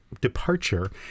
departure